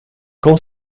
quand